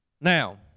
Now